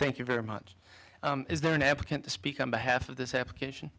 thank you very much is there an applicant to speak on behalf of this application